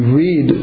read